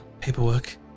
paperwork